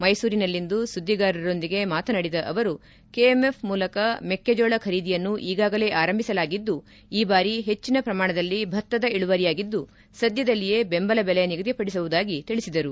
ಮೈಸೂರಿನಲ್ಲಿಂದು ಸುದ್ದಿಗಾರರೊಂದಿಗೆ ಮಾತನಾಡಿದ ಅವರು ಕೆಎಂಎಫ್ ಮೂಲಕ ಮೆಕ್ಕೆಜೋಳ ಖರೀದಿಯನ್ನು ಈಗಾಗಲೇ ಆರಂಭಿಸಲಾಗಿದ್ದು ಈ ಬಾರಿ ಹೆಚ್ಚಿನ ಪ್ರಮಾಣದಲ್ಲಿ ಭತ್ತದ ಇಳುವರಿಯಾಗಿದ್ದು ಸದ್ಯದಲ್ಲಿಯೇ ಬೆಂಬಲ ಬೆಲೆ ನಿಗದಿಪಡಿಸುವುದಾಗಿ ತಿಳಿಸಿದರು